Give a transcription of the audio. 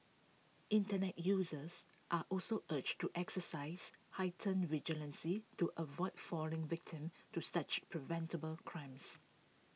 Internet users are also urged to exercise heightened vigilance to avoid falling victim to such preventable crimes